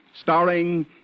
starring